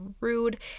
rude